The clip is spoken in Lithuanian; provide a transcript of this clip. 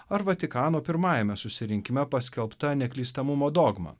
ar vatikano pirmajame susirinkime paskelbta neklystamumo dogma